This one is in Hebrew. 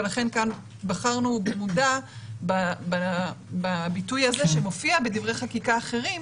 ולכן כאן בחרנו במודע בביטוי הזה שמופיע בדברי חקיקה אחרים.